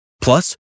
Plus